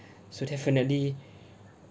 so definitely